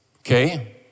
Okay